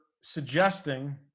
suggesting